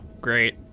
great